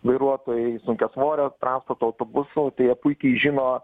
vairuotojai sunkiasvorio transporto autobusų tai jie puikiai žino